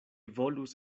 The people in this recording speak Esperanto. volus